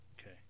Okay